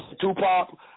Tupac